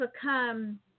become